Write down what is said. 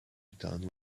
done